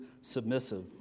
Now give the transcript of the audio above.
submissive